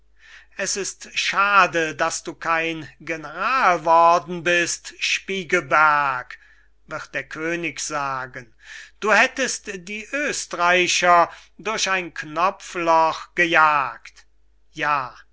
es ist schade daß du kein general worden bist spiegelberg wird der könig sagen du hättest die oestreicher durch ein knopfloch gejagt ja